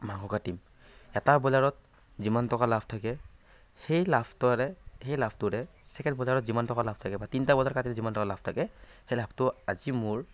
মাংস কাটিম এটা ব্ৰইলাৰত যিমান টকা লাভ থাকে সেই লাভটোৰে সেই লাভটোৰে চেকেণ্ড ব্ৰইলাৰত যিমান টকা লাভ থাকে বা তিনিটা ব্ৰইলাৰ কাটিলে যিমান টকা লাভ থাকে সেই লাভটো আজি মোৰ